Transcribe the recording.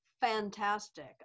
Fantastic